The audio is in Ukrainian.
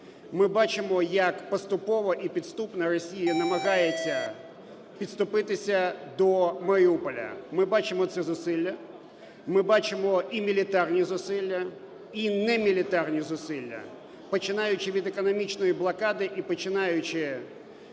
ми бачимо як поступово і підступно Росія намагається підступитися до Маріуполя. Ми бачимо ці зусилля, ми бачимо і мілітарні зусилля, і немілітарні зусилля, починаючи від економічної блокади і починаючи